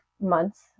Months